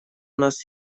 нас